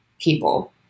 people